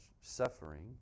suffering